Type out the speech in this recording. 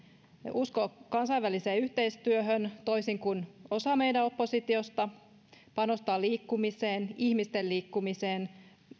uskoo kansainväliseen yhteistyöhön toisin kuin osa meidän oppositiosta panostaa liikkumiseen ihmisten liikkumiseen